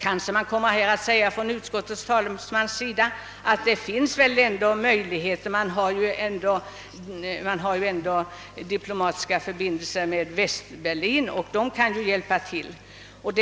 Utskottets talesman kommer kanske att säga att det ändå finns möjligheter — man kan ju få hjälp av våra diplomatiska representanter i Västberlin. Det